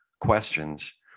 questions